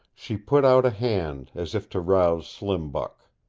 she put out a hand, as if to rouse slim buck.